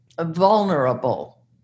vulnerable